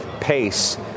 pace